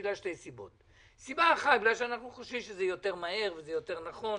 בגלל שתי סיבות: 1. בגלל שאנחנו חושבים שזה יותר מהר ויותר נכון,